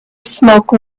smoke